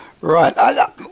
Right